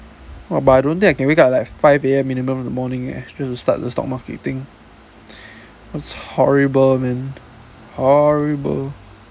!wah! but I don't think I can wake up at like five A_M minimum in the morning leh just to start at the stock market thing it's horrible man horrible